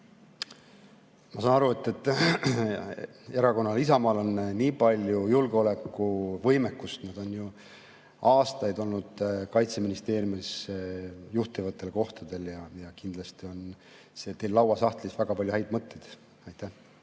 Ma saan aru, et Erakonnal Isamaa on nii palju julgeolekuvõimekust, te olete ju aastaid olnud Kaitseministeeriumis juhtivatel kohtadel, ja kindlasti on teil lauasahtlis väga palju häid mõtteid. Ma